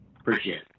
Appreciate